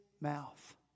mouth